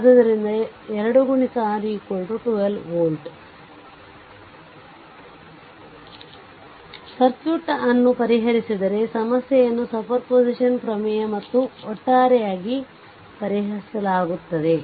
ಆದ್ದರಿಂದ 2 6 12 volt ಆದ್ದರಿಂದ circuit ಅನ್ನು ಪರಿಹರಿಸಿದರೆ ಸಮಸ್ಯೆಯನ್ನು ಸೂಪರ್ಪೋಸಿಷನ್ ಪ್ರಮೇಯ ಮತ್ತು ಒಟ್ಟಾರೆಯಾಗಿ ಪರಿಹರಿಸಲಾಗುತ್ತದೆ